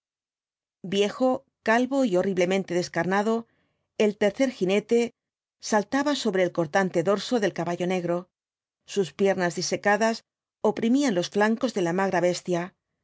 viejo calvo y horriblemente descarnado el tercer jinete saltaba sobre el cortante dorso del caballo negro sus piernas disecadas oprimían los flancos de la magra bestia